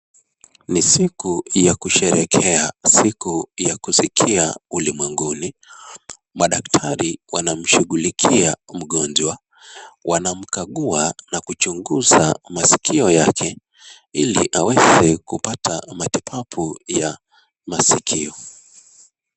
Ni siku ya kusherehekea, siku ya kusikia ulimwenguni, madaktari wanamshughulikia mgonjwa, wanamkagua na kuchunguza maskio yake ili aweze kupata matibabu ya masikio.